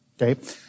Okay